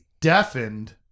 deafened